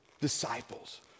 disciples